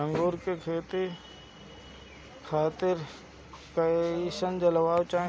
अंगूर के खेती खातिर कइसन जलवायु चाही?